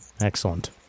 Excellent